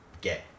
get